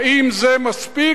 האם זה מספיק?